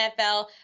NFL